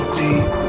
deep